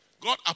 God